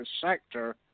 sector